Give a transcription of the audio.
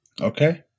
okay